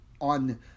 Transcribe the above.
on